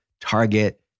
Target